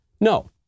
No